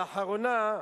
לאחרונה,